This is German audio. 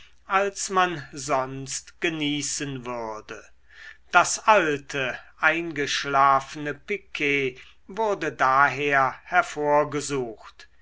als man sonst genießen würde das alte eingeschlafene piquet wurde daher hervorgesucht